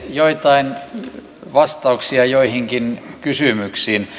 joitain vastauksia joihinkin kysymyksiin